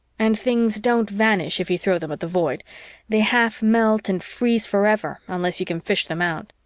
and things don't vanish if you throw them at the void they half melt and freeze forever unless you can fish them out.